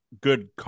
good